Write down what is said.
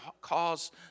cause